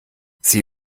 sie